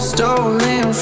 Stolen